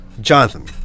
Jonathan